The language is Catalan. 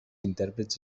intèrprets